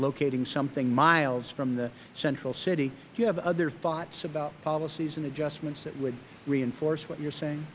locating something miles from the central city do you have other thoughts about policies and adjustments that would reinforce what you are saying